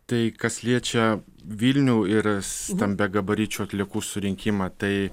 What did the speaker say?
tai kas liečia vilnių ir stambiagabaričių atliekų surinkimą tai